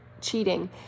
cheating